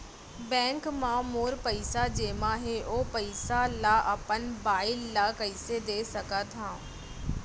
Bank म मोर पइसा जेमा हे, ओ पइसा ला अपन बाई ला कइसे दे सकत हव?